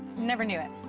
never knew it.